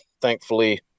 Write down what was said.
Thankfully